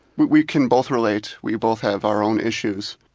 we we can both relate. we both have our own issues.